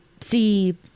see